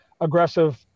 aggressive